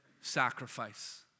sacrifice